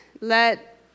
let